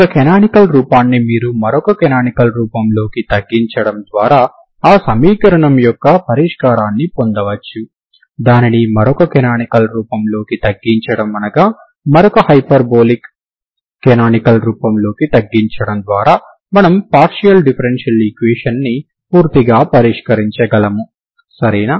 ఒక కనానికల్ రూపాన్ని మీరు మరొక కనానికల్ రూపంలోకి తగ్గించడం ద్వారా ఆ సమీకరణం యొక్క పరిష్కారాన్ని పొందవచ్చు దానిని మరొక కనానికల్ రూపంలోకి తగ్గించడం అనగా మరొక హైపర్బోలిక్ కనానికల్ రూపంలోకి తగ్గించడం ద్వారా మనము పార్షియల్ డిఫరెన్షియల్ ఈక్వేషన్ ని పూర్తిగా పరిష్కరించగలము సరేనా